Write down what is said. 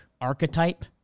archetype